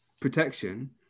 protection